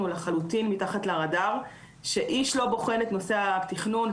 לחלוטין מתחת לרדאר כאשר איש לא בוחן את נושא התכנון,